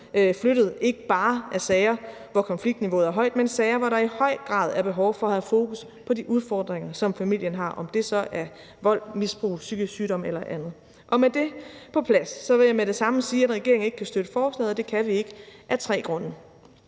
flyttet, ikke bare er sager, hvor konfliktniveauet er højt, men sager, hvor der i høj grad er behov for at have fokus på de udfordringer, som familien har; om det så er vold, misbrug, psykisk sygdom eller andet. Med det på plads vil jeg med det samme sige, at regeringen ikke kan støtte forslaget, og det kan vi ikke af tre grunde.